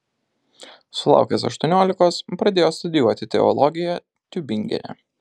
sulaukęs aštuoniolikos pradėjo studijuoti teologiją tiubingene